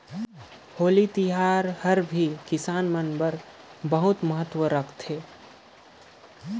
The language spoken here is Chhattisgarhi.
होरी तिहार हर किसान मन बर घलो ढेरे महत्ता रखथे